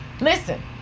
Listen